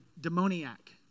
demoniac